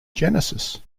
genesis